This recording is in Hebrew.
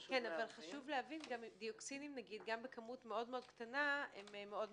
גם בכמות מאוד קטנה הם מאוד מסוכנים.